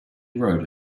wrote